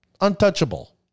Untouchable